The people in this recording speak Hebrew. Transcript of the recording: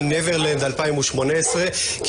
משבר קורונה וכבר אמרתי בכמה הקשרים בוועדה הזאת